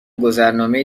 گذرنامه